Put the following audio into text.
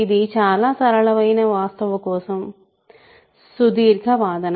ఇది చాలా సరళమైన వాస్తవం కోసం సుదీర్ఘ వాదన